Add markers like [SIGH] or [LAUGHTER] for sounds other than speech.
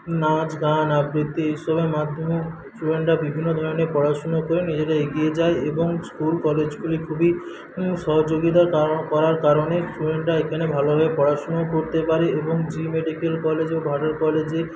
নাচ গান আবৃতি এইসবের মাধ্যমে স্টুডেন্টরা বিভিন্ন ধরনের পড়াশোনা করে নিজেরা এগিয়ে যায় এবং স্কুল কলেজগুলি খুবই সহযোগিতা [UNINTELLIGIBLE] করার কারণে স্টুডেন্টরা এখানে ভালোভাবে পড়াশোনা করতে পারে এবং জি মেডিক্যাল কলেজ ও ভাটার কলেজে